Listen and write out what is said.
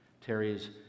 Terry's